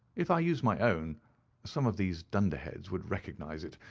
if i used my own some of these dunderheads would recognize it,